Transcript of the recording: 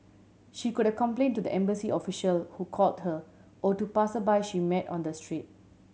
she could complain to the embassy official who called her or to passersby she met on the street